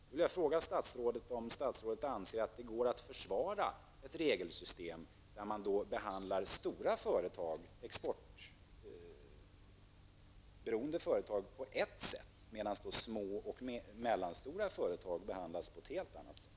Jag vill då fråga statsrådet om han anser att det går att försvara ett regelsystem där stora exportberoende företag behandlas på ett sätt och små och medelstora företag på ett helt annat sätt.